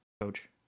coach